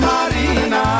Marina